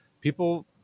people